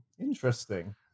Interesting